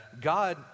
God